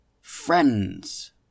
Friends